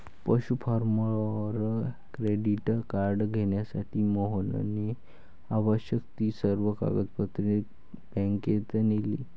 पशु farmer credit card घेण्यासाठी मोहनने आवश्यक ती सर्व कागदपत्रे बँकेत नेली